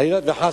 חלילה וחס,